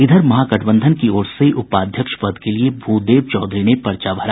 इधर महागठबंधन की ओर से उपाध्यक्ष पद के लिए भूदेव चौधरी ने पर्चा भरा